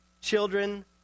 children